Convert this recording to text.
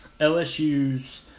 LSU's